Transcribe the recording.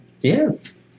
Yes